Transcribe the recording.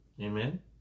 Amen